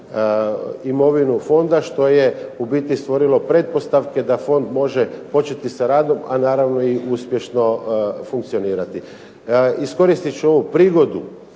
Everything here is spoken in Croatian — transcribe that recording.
imovinu fonda što je u biti stvorilo pretpostavke da fond može početi sa radom, a naravno i uspješno funkcionirati. Iskoristit ću ovu prigodu